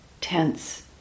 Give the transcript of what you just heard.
tense